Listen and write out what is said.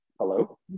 Hello